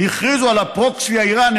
הכריזו על ה-proxy האיראני,